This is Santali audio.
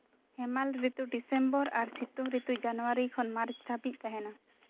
ᱦᱮᱢᱟᱞ ᱨᱤᱛᱩ ᱰᱤᱥᱮᱢᱵᱚᱨ ᱟᱨ ᱥᱤᱛᱩᱝ ᱨᱤᱛᱩ ᱡᱟᱱᱩᱣᱟᱨᱤ ᱠᱷᱚᱱ ᱢᱟᱨᱪ ᱦᱟᱹᱵᱤᱡ ᱛᱟᱦᱮᱱᱟ